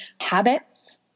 habits